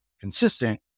consistent